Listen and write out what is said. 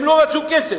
הם לא רצו כסף.